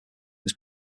was